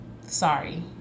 Sorry